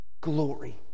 glory